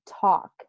talk